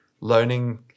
learning